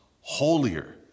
holier